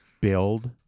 build